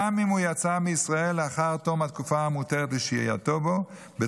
גם אם הוא יצא מישראל לאחר תום התקופה המותרת לשהייתו בה,